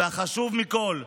והחשוב מכול,